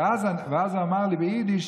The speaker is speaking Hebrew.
ואז הוא אמר לי ביידיש: